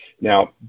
Now